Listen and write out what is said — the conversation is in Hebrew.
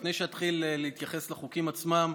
לפני שאתחיל להתייחס לחוקים עצמם,